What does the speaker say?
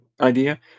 idea